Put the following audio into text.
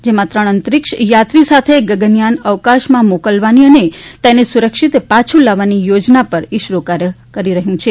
જેમાં ત્રણ અંતરિક્ષ યાત્રી સાથે ગગનયાન અવકાશમાં મોકલવાની અને તેને સુરક્ષિત પાછું લાવવાની યો ના પર કાર્ય થઈ રહ્યું છે